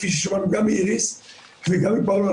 כפי ששמענו גם מאיריס וגם מפאולה,